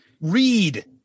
read